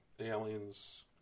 aliens